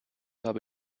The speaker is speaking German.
habe